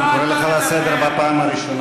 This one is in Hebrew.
אני קורא אותך לסדר פעם ראשונה.